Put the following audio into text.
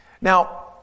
Now